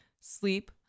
sleep